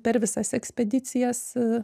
per visas ekspedicijas